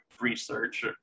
research